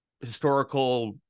historical